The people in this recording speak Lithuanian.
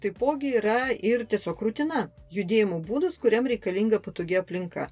taipogi yra ir tiesiog rutina judėjimo būdas kuriam reikalinga patogi aplinka